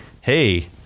hey